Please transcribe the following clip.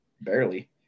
barely